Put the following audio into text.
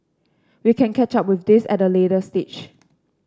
we can catch up with this at a later stage